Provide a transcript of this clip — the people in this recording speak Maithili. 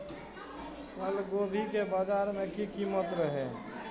कल गोभी के बाजार में की कीमत रहे?